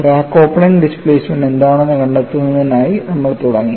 crack opening displacement എന്താണെന്ന് കണ്ടെത്തുന്നതിനായി നമ്മൾ തുടങ്ങി